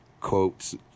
quotes